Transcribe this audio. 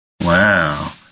Wow